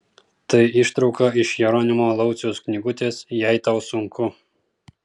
tai ištrauka iš jeronimo lauciaus knygutės jei tau sunku